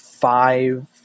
Five